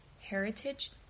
heritage